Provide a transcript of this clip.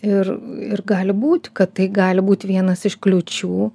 ir ir gali būt kad tai gali būt vienas iš kliūčių